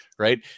Right